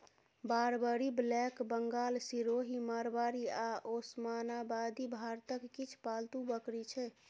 Barbari, black Bengal, Sirohi, Marwari आ ओसमानाबादी भारतक किछ पालतु बकरी छै